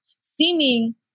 Steaming